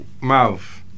mouth